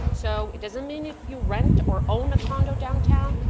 so it doesn't mean if you rent or own a condo downtown.